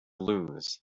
lose